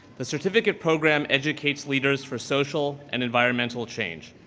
the certificate program educates leaders for social and environmental change.